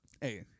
Hey